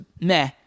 meh